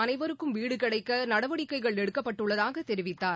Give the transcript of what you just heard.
அனைவருக்கும் வீடு கிடைக்க நடவடிக்கைகள் எடுக்கப்பட்டுள்ளதாக தெரிவித்தார்